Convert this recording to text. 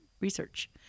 research